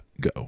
go